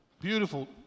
Beautiful